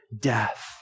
death